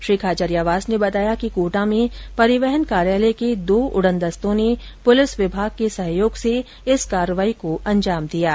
श्री खाचरियावास ने बताया कि कोटा में परिवहन कार्यालय के दो उड़न दस्तों ने पुलिस विभाग के सहयोग से इस कार्रवाई को अंजाम दिया है